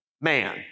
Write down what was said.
man